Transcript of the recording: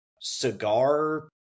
cigar